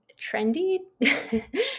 trendy